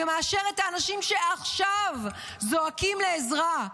מאשר את האנשים שעכשיו זועקים לעזרה,